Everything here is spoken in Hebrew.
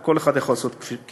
כל אחד יכול לעשות כרצונו.